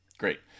Great